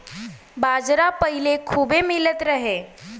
बाजरा पहिले खूबे मिलत रहे